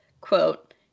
quote